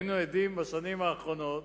היינו עדים בשנים האחרונות